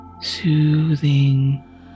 soothing